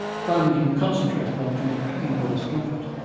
finding he can concentrate upon any pain or discomfort,